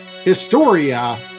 Historia